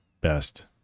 best